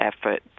effort